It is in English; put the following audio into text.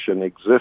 exist